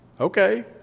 Okay